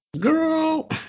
girl